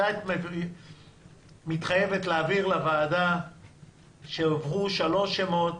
מתי את מתחייבת לומר לוועדה שהועברו שלושה שמות